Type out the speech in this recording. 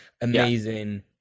amazing